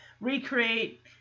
recreate